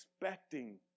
expecting